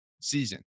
season